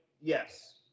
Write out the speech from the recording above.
yes